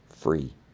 free